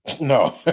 No